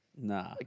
Nah